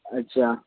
अच्छा